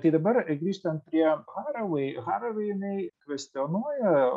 tai dabar grįžtant prie harvai harvai jinai kvestionuoja